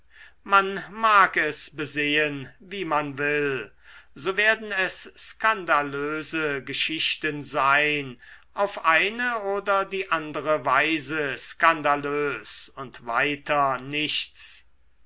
man mag es besehen wie man will so werden es skandalöse geschichten sein auf eine oder die andere weise skandalös und weiter nichts